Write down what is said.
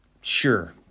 sure